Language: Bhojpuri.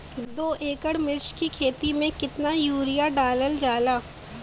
दो एकड़ मिर्च की खेती में कितना यूरिया डालल जाला?